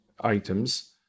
items